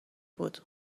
بود